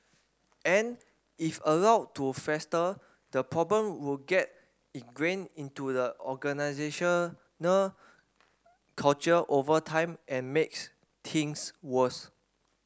and if allowed to fester the problem would get ingrained into the organisational culture over time and makes things worse